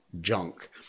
junk